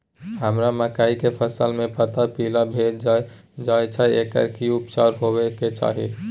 हमरा मकई के फसल में पता पीला भेल जाय छै एकर की उपचार होबय के चाही?